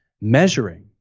measuring